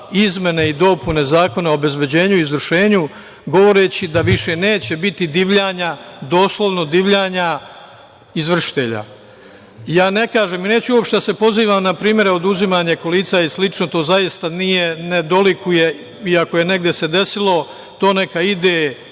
izmene i dopune Zakona o obezbeđenju i izvršenju, govoreći da više neće biti divljanja, doslovno divljanja, izvršitelja. Ja ne kažem i neću uopšte da se pozivam na primere oduzimanja kolica i slično, to zaista ne dolikuje, i ako se negde i desilo, to neka ide